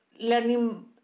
learning